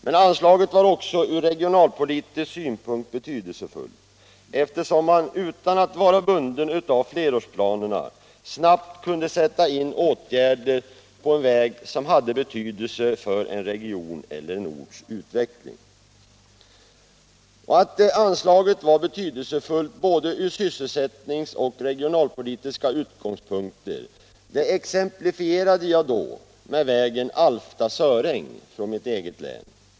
Men anslaget var också från regionalpolitisk synpunkt betydelsefullt, eftersom man utan att vara bunden av flerårsplanerna snabbt kunde sätta in åtgärder på en väg som hade betydelse för en regions eller orts utveckling. Att anslaget var betydelsefullt från både sysselsättnings och regionalpolitiska utgångspunkter exemplifierade jag då med vägen Alfta-Söräng i mitt eget län.